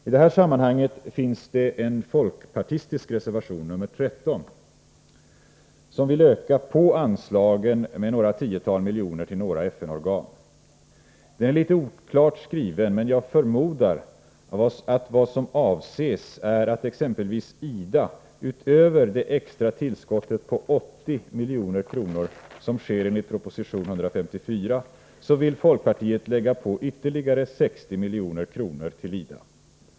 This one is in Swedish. I det här sammanhanget finns en folkpartistisk reservation, nr 13, som vill öka anslagen med några tiotal miljoner kronor till vissa FN-organ. Den är litet oklart skriven, men jag förmodar att vad som avses är att folkpartiet vill lägga på ytterligare 60 milj.kr. till IDA utöver det extra tillskott på 80 milj.kr. som sker enligt proposition 154.